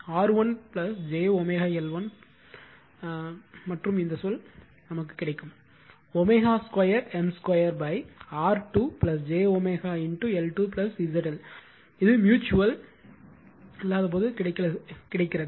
R1 j L1 இந்த சொல் ஐப் பெறும் square M square R2 j L2 ZL இது ம்யூச்சுவல்ம் இல்லாதபோது கிடைக்கிறது